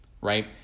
right